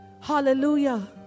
Hallelujah